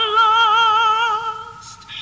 lost